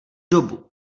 dobu